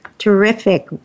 Terrific